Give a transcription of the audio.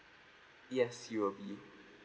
yes you will be